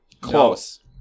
Close